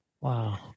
Wow